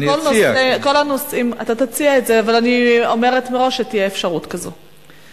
אתה תציע את זה, אני אומרת מראש שתהיה אפשרות כזו.